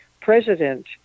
president